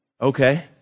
Okay